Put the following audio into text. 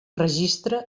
registra